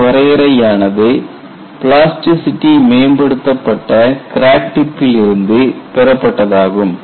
இந்த வரையறை ஆனது பிளாஸ்டிசிட்டி மேம்படுத்தப்பட்ட கிராக் டிப்பில் இருந்து பெறப்பட்டதாகும்